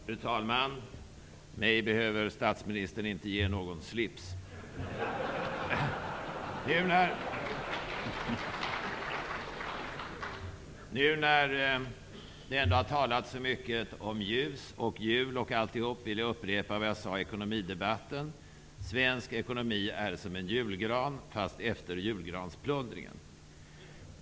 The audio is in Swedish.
Fru talman! Mig behöver statsministern inte ge någon slips. Efter det att det talats så mycket om ljus, jul och allt vad det nu är vill jag upprepa vad jag sade i ekonomidebatten: Svensk ekonomi är som en julgran, fast efter julgransplundringen.